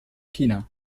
china